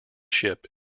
ship